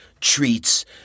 treats